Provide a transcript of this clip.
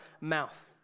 mouth